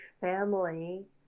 family